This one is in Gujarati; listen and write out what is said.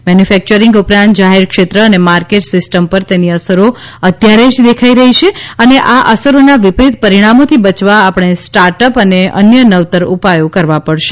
મેન્યુફેક્યરિંગ ઉપરાંત જાહેર ક્ષેત્ર અને માર્કેટ સિસ્ટમ પર તેની અસરો અત્યારે જ દેખાઈ રહી છે અને આ અસરોના વિપરીત પરિણામોથી બચવા આપણે સ્ટાર્ટઅપ અને અન્ય નવતર ઉપાયો કરવા પડશે